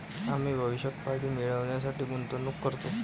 आम्ही भविष्यात फायदे मिळविण्यासाठी गुंतवणूक करतो